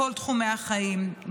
בכל תחומי החיים,